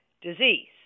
disease